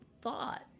thought